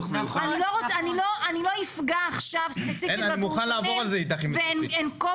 אני לא אפגע עכשיו ספציפית בפעוטונים ואצביע